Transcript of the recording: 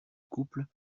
couple